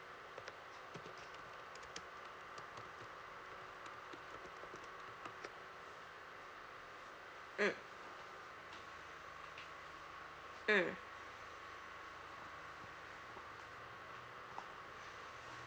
mm mm